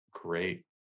great